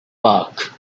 park